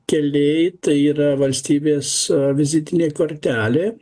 keliai tai yra valstybės vizitinė kortelė